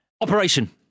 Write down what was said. Operation